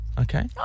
Okay